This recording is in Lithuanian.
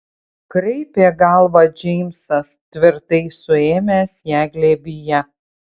kraipė galvą džeimsas tvirtai suėmęs ją glėbyje